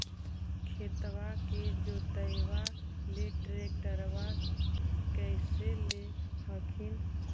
खेतबा के जोतयबा ले ट्रैक्टरबा कैसे ले हखिन?